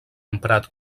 emprat